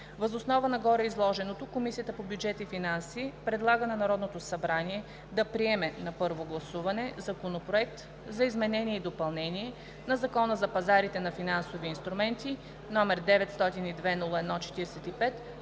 Въз основа на гореизложеното Комисията по бюджет и финанси предлага на Народното събрание да приеме на първо гласуване Законопроект за изменение и допълнение на Закона за пазарите на финансови инструменти, № 902-01-45,